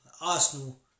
Arsenal